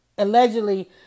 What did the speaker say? allegedly